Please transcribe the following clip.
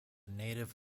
native